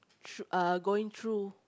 thro~ uh going through